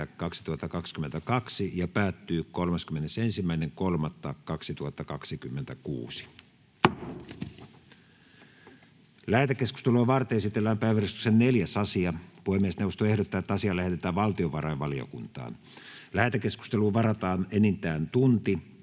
1.4.2022 ja päättyy 31.3.2026. Lähetekeskustelua varten esitellään päiväjärjestyksen 4. asia. Puhemiesneuvosto ehdottaa, että asia lähetetään valtiovarainvaliokuntaan. Lähetekeskusteluun varataan enintään tunti.